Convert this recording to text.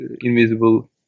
invisible